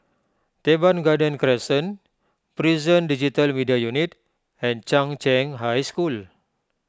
Teban Garden Crescent Prison Digital Media Unit and Chung Cheng High School